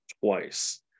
twice